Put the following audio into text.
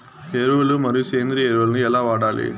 ఎరువులు మరియు సేంద్రియ ఎరువులని ఎలా వాడాలి?